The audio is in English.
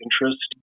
interest